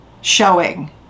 showing